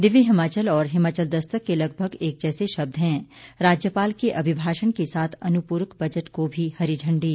दिव्य हिमाचल और हिमाचल दस्तक के लगभग एक जैसे शब्द हैं राज्यपाल के अभिभाषण के साथ अनुपूरक बजट को भी हरी झंडी